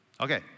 Okay